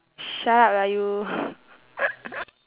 shut up lah you